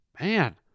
Man